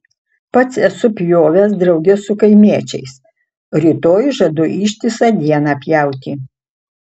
pats esu pjovęs drauge su kaimiečiais rytoj žadu ištisą dieną pjauti